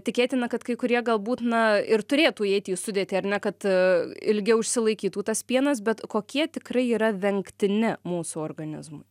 tikėtina kad kai kurie galbūt na ir turėtų įeiti į sudėtį ar ne kad ilgiau išsilaikytų tas pienas bet kokie tikrai yra vengtini mūsų organizmui